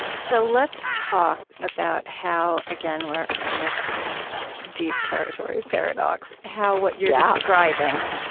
so let's talk about how again, we're in this deep territory of paradox how what you're describing